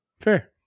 Fair